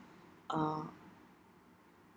uh